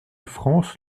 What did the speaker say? france